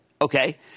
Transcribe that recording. okay